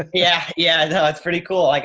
ah yeah, yeah. no, that's pretty cool. like